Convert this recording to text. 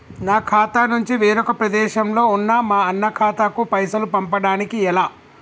నా ఖాతా నుంచి వేరొక ప్రదేశంలో ఉన్న మా అన్న ఖాతాకు పైసలు పంపడానికి ఎలా?